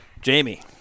Jamie